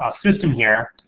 ah system here,